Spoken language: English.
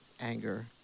anger